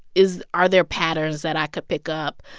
is are there patterns that i could pick up?